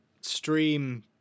stream